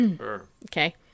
Okay